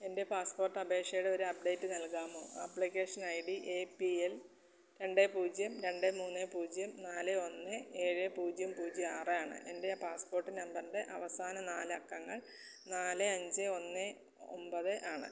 എൻ്റെ പാസ്പോർട്ട് അപേക്ഷയുടെ ഒരു അപ്ഡേറ്റ് നൽകാമോ application I D A P L രണ്ട് പൂജ്യം രണ്ട് മൂന്ന് പൂജ്യം നാല് ഒന്ന് ഏഴ് പൂജ്യം പൂജ്യം ആറ് ആണ് എൻ്റെ പാസ്പോർട്ട് നമ്പറിൻ്റെ അവസാന നാലക്കങ്ങൾ നാല് അഞ്ച് ഒന്ന് ഒമ്പത് ആണ്